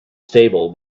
stable